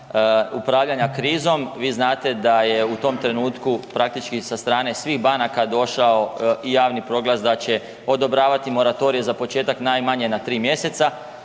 upravljanja krizom. Vi znate da je u tom trenutku praktički sa strane svih banaka došao i javni proglas da će odobravati moratorije za početak najmanje na 3 mjeseca,